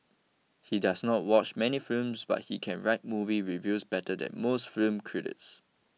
he does not watch many films but he can write movie reviews better than most film critics